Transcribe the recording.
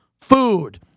food